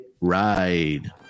ride